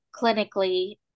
clinically